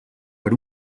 per